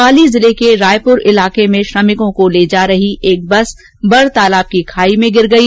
पाली जिले के रायपुर इलाके में श्रमिकों को ले जा रही एक बस बर तालाब की खाई में गिर गई